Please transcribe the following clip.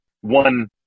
one